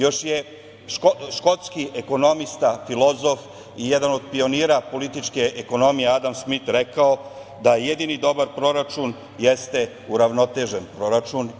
Još je škotski ekonomista filozof i jedan od pionira političke ekonomije Adam Smit rekao da jedini dobar proračun jeste uravnotežen proračun.